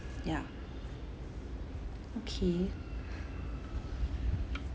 ya okay